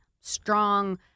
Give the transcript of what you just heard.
strong